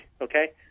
okay